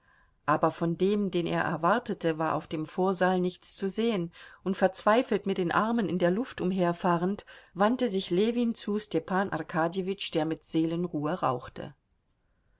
aber von dem den er erwartete war auf dem vorsaal nichts zu sehen und verzweifelt mit den armen in der luft umherfahrend wandte sich ljewin zu stepan arkadjewitsch der mit seelenruhe rauchte